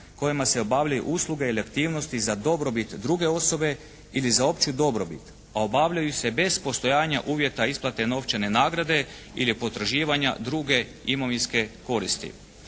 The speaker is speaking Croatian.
kojima se obavljaju usluge ili aktivnosti za dobrobit druge osobe ili za opću dobrobit a obavljaju se bez postojanja uvjeta isplate novčane nagrade ili potraživanja druge imovinske koristi".